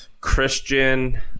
Christian